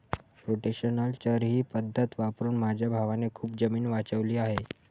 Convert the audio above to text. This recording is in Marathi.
रोटेशनल चर ही पद्धत वापरून माझ्या भावाने खूप जमीन वाचवली आहे